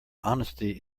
honesty